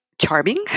charming